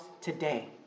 today